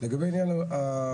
לגבי עניין המתקנים,